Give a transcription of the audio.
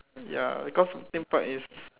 ya because theme park is